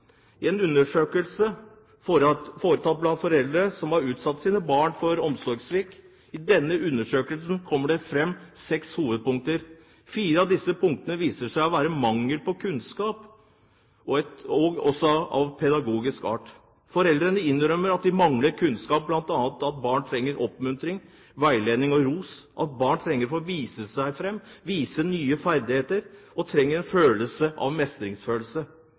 for omsorgssvikt, kommer det frem seks hovedpunkter. Fire av disse punktene viser seg å være mangel på kunnskap også av pedagogisk art. Foreldrene innrømmer at de bl.a. mangler kunnskap om at barn trenger oppmuntring, veiledning og ros, at barn trenger å få vise seg frem, vise nye ferdigheter, og at de trenger en følelse av